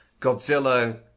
Godzilla